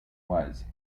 was